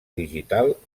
digital